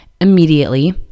immediately